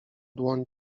dłoń